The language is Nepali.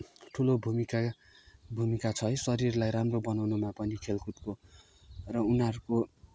ठुलो भूमिका भूमिका छ है शरीरलाई राम्रो बनाउनमा पनि खेलकुदको र उनीहरूको